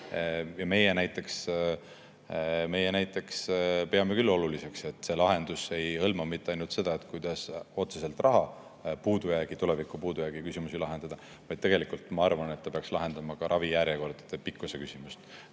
Meie näiteks peame oluliseks, et see lahendus ei hõlma mitte ainult seda, kuidas otseselt raha puudujäägi küsimusi tulevikus lahendada, vaid tegelikult, ma arvan, peaks lahendama ka ravijärjekordade pikkuse küsimuse.